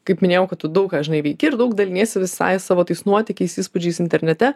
kaip minėjau kad tu daug ką žinai veiki ir daug daliniesi visai savo tais nuotykiais įspūdžiais internete